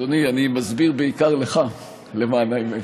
אדוני, אני מסביר בעיקר לך, למען האמת.